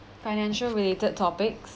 financial related topics